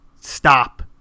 Stop